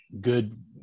good